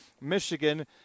Michigan